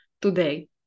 today